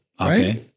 Okay